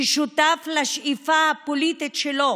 ששותף לשאיפה הפוליטית שלו